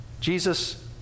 Jesus